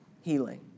healing